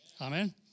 amen